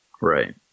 Right